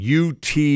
UT